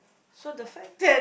so the fact that